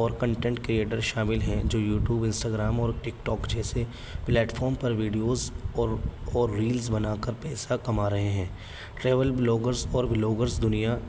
اور content creator شامل ہیں جو یوٹوب انسٹاگرام اور ٹک ٹاک جیسے پلیٹفام پر ویڈیوز اور اور ریلز بنا کر پیسہ کما رہے ہیں ٹریول بلاگرز اور ولاگرز دنیا